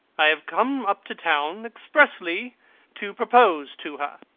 i have come up to town expressly to propose to her.